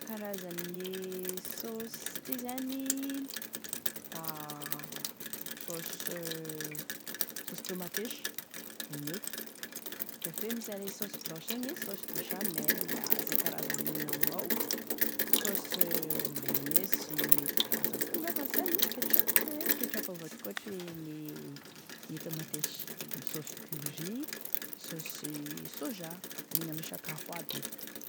Karazany e saosy ty zany, saosy saosy tomatesy, igny eky da avy teo, misy ane saosy blanche igny e, saosy béchamel a, zay karazany aniny amignao, saosy mayonnaise mety karazany koa angamba zany, ketchup, ketchup avao atokotry gne gne tomatesy, saosy curry, saosy soja, anigny ame sakafo aby io.